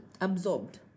absorbed